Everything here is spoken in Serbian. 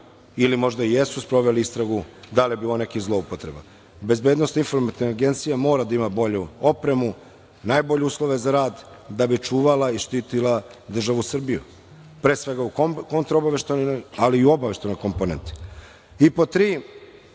ili možda jesu sproveli istragu da li je bilo nekih zloupotreba. Bezbednosno informativna agencija mora da ima bolju opremu, najbolje uslove za rad da bi čuvala i štitila državu Srbiju, pre svega u kontraobaveštajnoj ali i u obaveštajnoj komponenti. Pod tri,